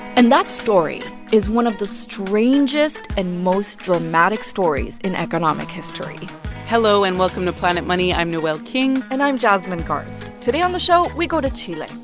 and that story is one of the strangest and most dramatic stories in economic history hello, and welcome to planet money. i'm noel king and i'm jasmine garsd. today on the show, we go to chile,